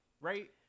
right